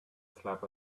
slap